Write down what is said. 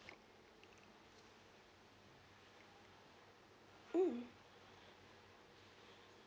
mm